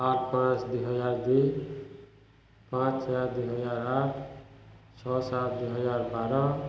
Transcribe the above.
ଆଠ ପାଞ୍ଚ ଦୁଇହଜାର ଦୁଇ ପାଞ୍ଚ ଚାର ଦୁଇହଜାର ଆଠ ଛଅ ସାତ ଦୁଇହଜାର ବାର